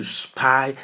spy